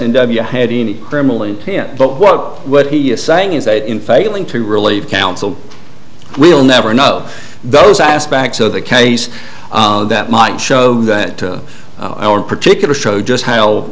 you had any criminal intent but what what he is saying is that in failing to relieve counsel we'll never know those aspects of the case that might show that our particular show just h